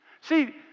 See